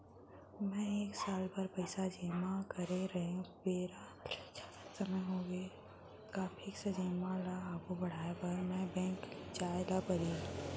मैं एक साल बर पइसा जेमा करे रहेंव, बेरा ले जादा समय होगे हे का फिक्स जेमा ल आगू बढ़ाये बर फेर बैंक जाय ल परहि?